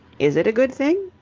is it a good thing?